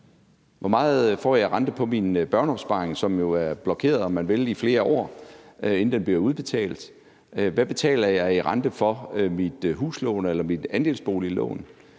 Hvor meget får jeg i rente på min børneopsparing, som jo er blokeret, om man vil, i flere år, inden den bliver udbetalt? Hvad betaler jeg i rente for mit huslån eller mit andelsboliglån?